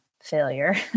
failure